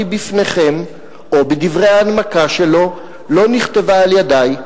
בפניכם או בדברי ההנמקה שלו לא נכתבה על-ידי.